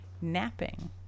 napping